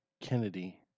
Kennedy